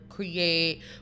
create